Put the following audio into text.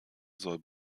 soll